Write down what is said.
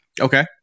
okay